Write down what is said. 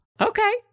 Okay